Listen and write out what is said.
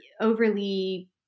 overly